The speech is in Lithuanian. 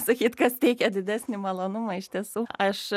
sakyt kas teikia didesnį malonumą iš tiesų aš